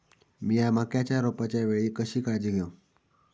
मीया मक्याच्या रोपाच्या वेळी कशी काळजी घेव?